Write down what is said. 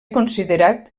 considerat